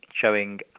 showing